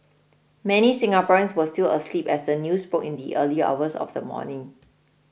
many Singaporeans were still asleep as the news broke in the early hours of the morning